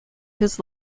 his